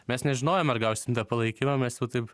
mes nežinojom ar gausim tą palaikymą mes jau taip